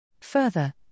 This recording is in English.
Further